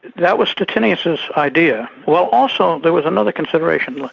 that was stettinius' idea. well also there was another consideration.